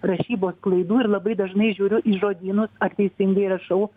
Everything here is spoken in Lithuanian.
rašybos klaidų ir labai dažnai žiūriu į žodynus ar teisingai rašau